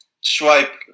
Swipe